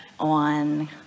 on